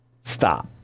stop